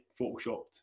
photoshopped